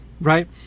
right